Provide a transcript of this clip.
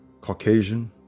caucasian